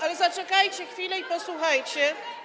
Ale zaczekajcie chwilę i posłuchajcie.